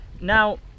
now